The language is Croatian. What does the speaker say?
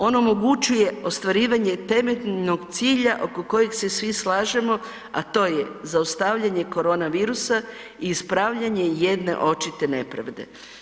On omogućuje ostvarivanje temeljnog cilja oko kojeg se svi slažemo, a to je zaustavljanje koronavirusa i ispravljanje jedne očite nepravde.